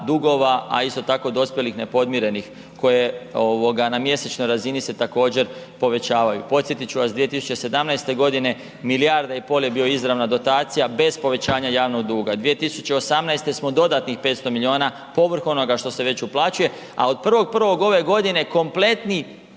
a isto tako dospjelih nepodmirenih koje na mjesečnoj razini se također povećavaju. Podsjetiti ću vas 2017. godine milijarda i pol je bio izravna dotacija bez povećanja javnog duga. 2018. smo dodatnih 500 milijuna povrh onoga što se već uplaćuje a od 1.1. ove godine kompletni